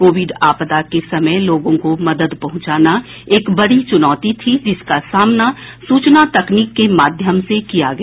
Covid आपदा के समय लोगों को मदद पहुंचाना एक बड़ी चुनौती थी जिसका सामना सुचना तकनीक के माध्यम से किया गया